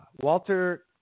Walter